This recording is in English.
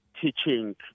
teaching